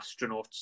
Astronauts